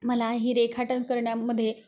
मला ही रेखाटन करण्यामध्ये